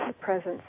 presence